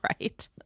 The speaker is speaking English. Right